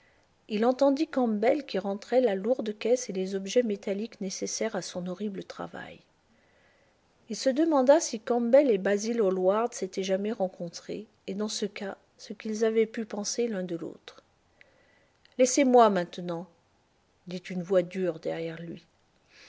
il entendit campbell qui rentrait la lourde caisse et les objets métalliques nécessaires à son horrible travail il se demanda si campbell et basil hallward s'étaient jamais rencontrés et dans ce cas ce qu'ils avaient pu penser l'un de l'autre laissez-moi maintenant dit une voix dure derrière lui